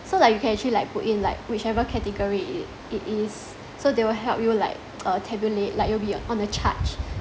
so like you can actually like put in like whichever category it it is so they will help you like uh tabulate like it will be uh on a chart